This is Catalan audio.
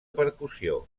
percussió